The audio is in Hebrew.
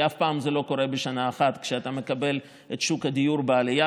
כי אף פעם לא קורה בשנה אחת שאתה מקבל את שוק הדיור בעלייה,